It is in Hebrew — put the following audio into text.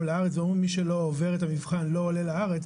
לארץ ואומרים מי שלא עובר את המבחן לא עולה לארץ,